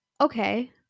Okay